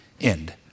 end